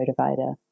motivator